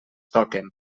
toquen